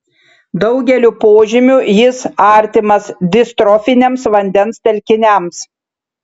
daugeliu požymių jis artimas distrofiniams vandens telkiniams